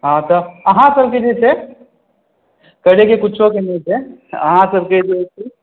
हँ तऽअहाँसभके जे छै करैके किछोके नहि छै अहाँसभके जे छै से